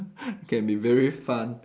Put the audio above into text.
it can be very fun